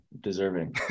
deserving